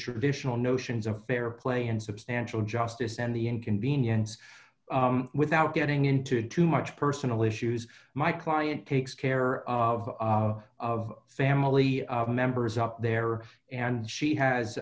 traditional notions of fair play and substantial justice and the inconvenience without getting into too much personal issues my client takes care of of family members up there and she has